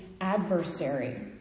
adversary